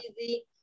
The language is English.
easy